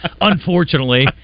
unfortunately